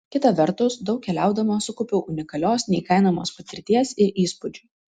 kita vertus daug keliaudama sukaupiau unikalios neįkainojamos patirties ir įspūdžių